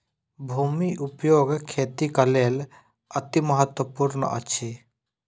भूमि उपयोग खेतीक लेल अतिमहत्त्वपूर्ण अछि